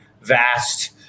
vast